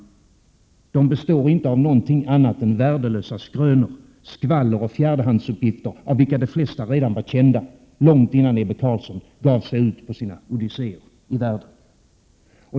”Informationen” består inte av någonting annat än värdelösa skrönor, skvaller och fjärdehandsuppgifter, av vilka de flesta redan var kända långt innan Ebbe Carlsson gav sig ut på sina odysséer i världen.